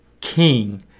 king